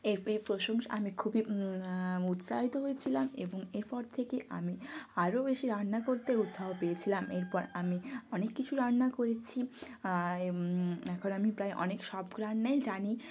এর পেয়ে প্রশংসা আমি খুবই উৎসাহিত হয়েছিলাম এবং এরপর থেকে আমি আরও বেশি রান্না করতে উৎসাহ পেয়েছিলাম এরপর আমি অনেক কিছু রান্না করেছি আয়ে এখন আমি প্রায় অনেক সব রান্নাই জানি